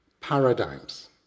paradigms